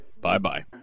Bye-bye